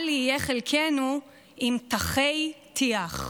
אל יהיה חלקנו עם טחי טיח".